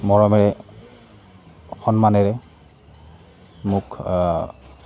মৰমেৰে সন্মানেৰে মোক